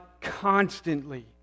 constantly